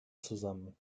zusammen